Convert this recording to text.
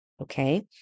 Okay